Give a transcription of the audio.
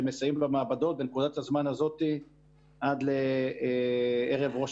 שמסייעים למעבדות בנקודת הזמן הזאת עד לערב ראש